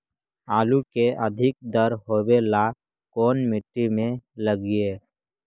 आलू के अधिक दर होवे ला कोन मट्टी में लगीईऐ?